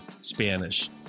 Spanish